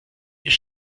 ich